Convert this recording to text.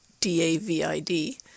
d-a-v-i-d